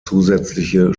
zusätzliche